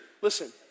Listen